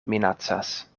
minacas